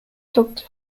doctor